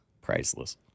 priceless